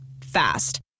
Fast